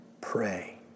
Pray